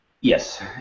Yes